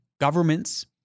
governments